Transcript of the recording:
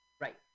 right